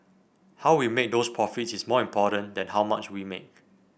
how we make those profits is more important than how much we make